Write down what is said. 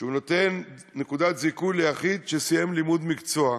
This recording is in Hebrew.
והוא נותן נקודת זיכוי ליחיד שסיים לימודי מקצוע,